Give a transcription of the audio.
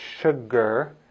sugar